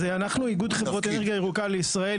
אז אנחנו איגוד חברות אנרגיה ירוקה לישראל,